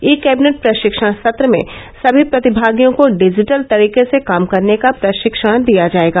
ई cabinet प्रशिक्षण सत्र में सभी प्रतिभागियों को डिजिटल तरीके से काम करने का प्रशिक्षण दिया जायेगा